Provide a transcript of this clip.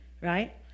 right